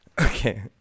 Okay